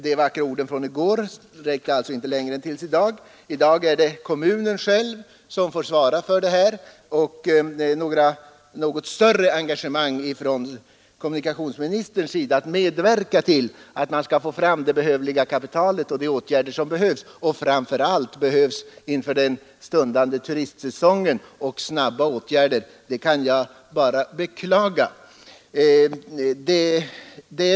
De vackra orden från i går räckte alltså inte längre än till i dag. Nu är det kommunen som får lösa detta problem. Att det saknas något större engagemang från kommunikationsministern att medverka till att få fram erforderligt kapital och vidta behövliga åtgärder, framför allt inför den stundande turistsäsongen, kan jag bara beklaga.